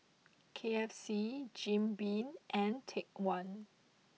K F C Jim Beam and Take One